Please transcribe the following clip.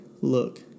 look